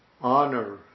honor